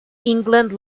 england